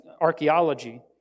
archaeology